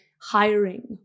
hiring